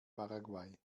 paraguay